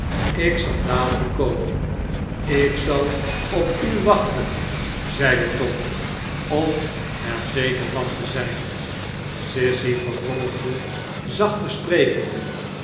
ik zal dadelijk komen ik zal op u wachten zeide tom om er zeker van te zijn sissy vervolgde zachter sprekende